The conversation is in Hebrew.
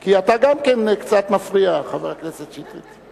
כי אתה גם קצת מפריע, חבר הכנסת שטרית.